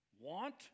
Want